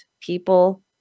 people